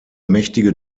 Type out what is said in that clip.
mächtige